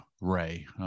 Ray